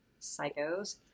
Psychos